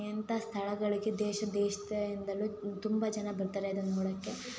ಇಂಥ ಸ್ಥಳಗಳಿಗೆ ದೇಶ ದೇಶದಿಂದಲೂ ತುಂಬ ಜನ ಬರ್ತಾರೆ ಅದನ್ನು ನೋಡೋಕ್ಕೆ